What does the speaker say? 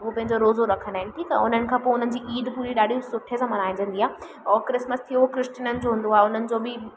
उहो पंहिंजो रोज़ो रखंदा आहिनि ठीकु आहे उन्हनि खां पोइ उन्हनि जी ईद पूरी ॾाढी सुठे सां मल्हाइजंदी आहे और क्रिस्मस थियो क्रिस्टननि जो हूंदो आहे उन्हनि जो बि